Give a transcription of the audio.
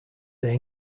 they